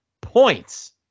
points